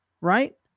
right